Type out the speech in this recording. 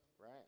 right